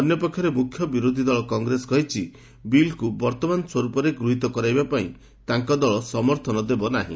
ଅନ୍ୟପକ୍ଷରେ ମୁଖ୍ୟ ବିରୋଧୀ ଦଳ କଂଗ୍ରେସ କହିଛି ବିଲ୍କୁ ବର୍ତ୍ତମାନ ସ୍ୱର୍ପରେ ଗୃହୀତ କରାଇବା ପାଇଁ ତାଙ୍କ ଦଳ ସମର୍ଥନ ଦେବ ନାହିଁ